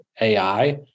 AI